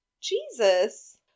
Jesus